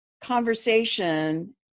conversation